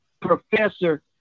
professor